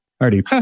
Already